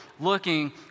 looking